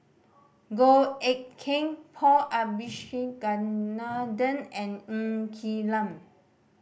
Goh Eck Kheng Paul Abisheganaden and Ng Quee Lam